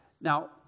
Now